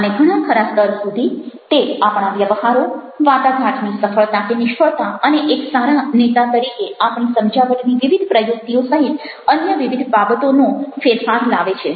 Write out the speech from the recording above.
અને ઘણાખરા સ્તર સુધી તે આપણા વ્યવહારો વાટા ઘાટની સફળતા કે નિષ્ફળતા અને એક સારા નેતા તરીકે આપણી સમજાવટની વિવિધ પ્રયુક્તિઓ સહિત અન્ય વિવિધ બાબતોનો ફેરફાર લાવે છે